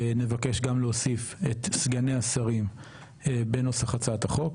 נבקש גם להוסיף את סגני השרים בנוסח הצעת החוק,